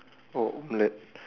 oh omelette